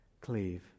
Cleave